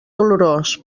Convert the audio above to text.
dolorós